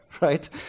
right